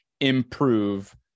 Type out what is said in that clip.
improve